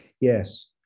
Yes